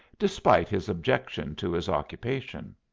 despite his objection to his occupation.